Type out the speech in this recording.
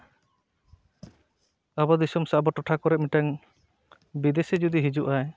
ᱟᱵᱚ ᱫᱤᱥᱚᱢ ᱥᱮ ᱟᱵᱚ ᱴᱚᱴᱷᱟ ᱠᱚᱨᱮ ᱢᱤᱫᱴᱮᱱ ᱵᱤᱫᱮᱥᱤ ᱡᱩᱫᱤ ᱦᱤᱡᱩᱜᱼᱟᱭ